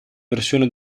versione